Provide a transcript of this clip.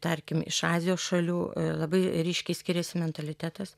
tarkim iš azijos šalių labai ryškiai skiriasi mentalitetas